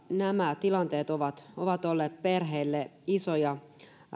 nämä tilanteet ovat ovat olleet perheille isoja